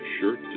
shirt